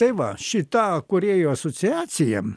tai va šita kūrėjų asociacija